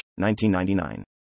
1999